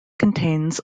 contains